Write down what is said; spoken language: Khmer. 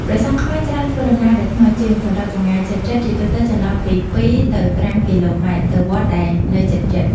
ព្រះសង្ឃខ្មែរច្រើនធ្វើដំណើរដោយ ថ្មើរជើង សម្រាប់ចម្ងាយជិតៗ ជាទូទៅចន្លោះពី ២ទៅ៥ គីឡូម៉ែត្រ ទៅវត្តដែលនៅជិតៗ។